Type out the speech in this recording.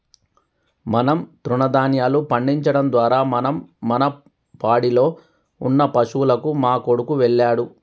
మనం తృణదాన్యాలు పండించడం ద్వారా మనం మన పాడిలో ఉన్న పశువులకు మా కొడుకు వెళ్ళాడు